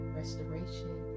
restoration